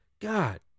God